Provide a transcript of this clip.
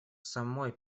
самой